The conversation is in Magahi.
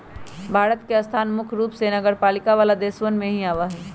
भारत के स्थान मुख्य रूप से नगरपालिका वाला देशवन में ही आवा हई